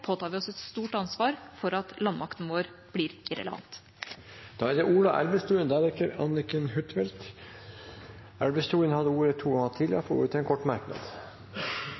påtar vi oss et stort ansvar for at landmakten vår blir irrelevant. Representanten Ola Elvestuen har hatt ordet to ganger tidligere og får ordet til en kort merknad,